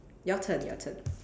your turn your turn